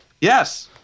Yes